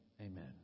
Amen